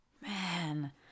man